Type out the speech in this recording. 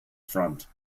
front